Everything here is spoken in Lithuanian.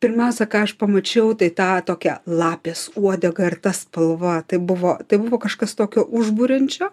pirmiausia ką aš pamačiau tai tą tokia lapės uodegą ir ta spalva tai buvo tai buvo kažkas tokio užburiančio